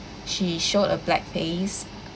she showed a black face